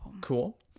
Cool